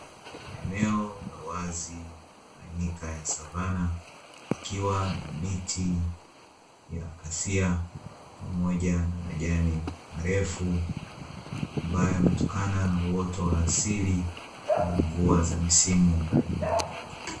Eneo la wazi na nyika ya savana, likiwa na miti ya kasia pamoja na majani marefu, ambayo yametokana na uoto wa asili, mvua za misimu mbalimbali.